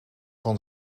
van